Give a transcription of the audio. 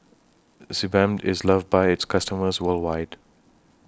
Sebamed IS loved By its customers worldwide